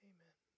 Amen